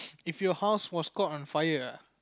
if you house was caught on fire ah